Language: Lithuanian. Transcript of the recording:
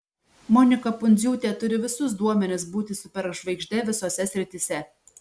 monika pundziūtė turi visus duomenis būti superžvaigžde visose srityse